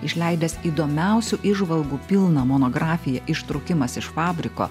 išleidęs įdomiausių įžvalgų pilną monografiją ištrūkimas iš fabriko